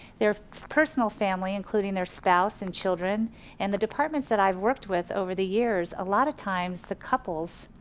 they're personal family including their spouse and children in and the departments that i've worked with over the years, a lot of times, the couples,